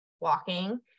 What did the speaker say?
walking